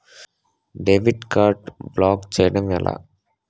Debit card block చేయటం ఎలా?